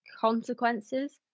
Consequences